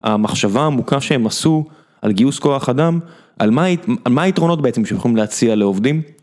המחשבה העמוקה שהם עשו על גיוס כוח אדם, על מה, מה היתרונות בעצם שהם הולכים להציע לעובדים.